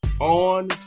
on